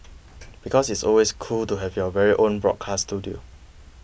because it's always cool to have your very own broadcast studio